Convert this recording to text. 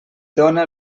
dóna